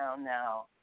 now